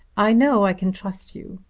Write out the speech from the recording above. i know i can trust you.